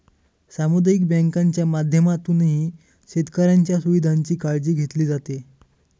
सामुदायिक बँकांच्या माध्यमातूनही शेतकऱ्यांच्या सुविधांची काळजी घेतली जाते